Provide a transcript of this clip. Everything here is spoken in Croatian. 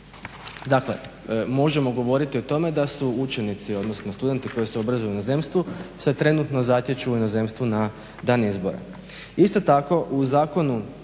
Dakle možemo govoriti o tome da su učenici odnosno studenti koji se obrazuju u inozemstvu se trenutno zatječu u inozemstvu na dan izbora.